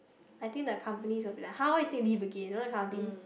I think the company is a bit like !hah! how you take leave again you know that kind of thing